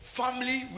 family